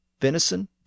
Venison